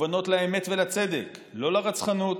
מכוונות לאמת ולצדק, לא לרצחנות,